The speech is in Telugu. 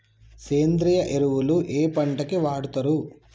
సేంద్రీయ ఎరువులు ఏ పంట కి వాడుతరు?